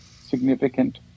significant